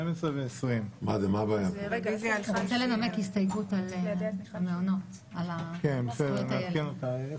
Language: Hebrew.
הוא רוצה לנמק הסתייגות על המעונות לזכויות הילד.